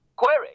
Query